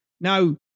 Now